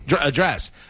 address